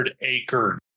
acres